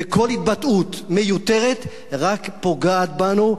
וכל התבטאות מיותרת רק פוגעת בנו.